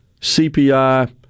CPI